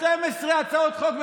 זה גם הנושא שלנו עכשיו.